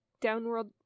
downward